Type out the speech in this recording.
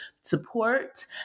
support